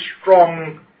strong